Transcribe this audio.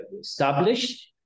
established